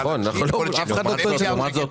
זאת עזרה לאנשים אבל זאת לא